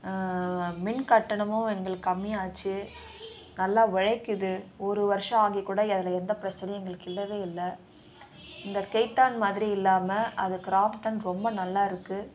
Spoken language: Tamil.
மின்கட்டணமும் எங்களுக்கு கம்மியாச்சு நல்லா உழைக்குது ஒரு வருஷம் ஆகி கூட அதில் எந்த பிரச்சினையும் எங்களுக்கு இல்லைவே இல்லை இந்த கேத்தான் மாதிரி இல்லாமல் அது க்ராம்ப்டன் ரொம்ப நல்லா இருக்குது